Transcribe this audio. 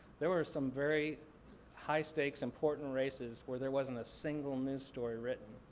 there were some very high stakes, important races where there wasn't a single news story written.